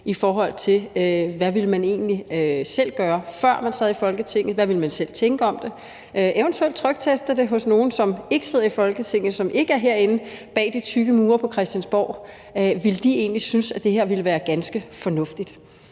i forhold til hvad man egentlig selv ville gøre, før man sad i Folketinget – hvad ville man selv tænke om det? Eventuelt kunne man trykteste det hos nogen, som ikke sidder i Folketinget, som ikke er herinde bag de tykke mure på Christiansborg. Ville de egentlig synes, at det her ville være ganske fornuftigt?